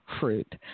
fruit